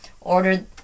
ordered